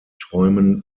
träumen